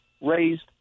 Raised